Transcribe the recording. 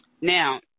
Now